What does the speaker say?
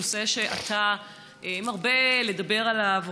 נושא שאתה מרבה לדבר עליו.